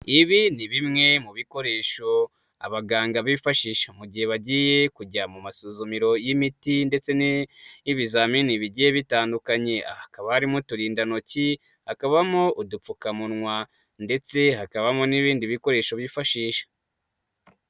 Ibi ni bimwe mu bikoresho, abaganga bifashisha mu gihe bagiye kujya mu masuzumiro y'imiti ndetse n'ibizamini bigiye bitandukanye hakaba harimo uturindantoki, hakabamo udupfukamunwa, ndetse hakabamo n'ibindi bikoresho bifashisha.